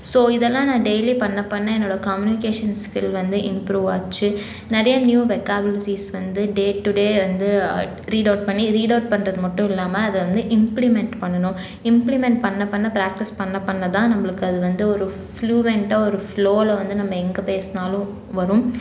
so இதெல்லாம் நான் daily பண்ண பண்ண என்னோடய கம்யூனிகேஷன் ஸ்கில் வந்து இம்ப்ரூவாச்சு நிறைய நியூ வெக்காபலரிஸ் வந்து டே டூ டே வந்து ரீட் அவுட் பண்ணி ரீட் அவுட் பண்ணுறது மட்டும் இல்லாமல் அதை வந்து இம்ப்ளீமெண்ட் பண்ணணும் இம்ப்ளீமெண்ட் பண்ண பண்ண பிராக்டிஸ் பண்ண பண்ண தான் நம்மளுக்கு அது வந்து ஒரு ஃப்ளூவெண்ட்டாக ஒரு ஃப்ளோவில் வந்து நம்ம எங்கே பேசுனாலும் வரும்